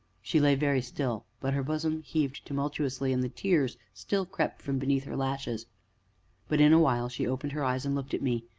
she lay very still, but her bosom heaved tumultuously, and the tears still crept from beneath her lashes but in a while she opened her eyes and looked at me,